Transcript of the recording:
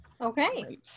okay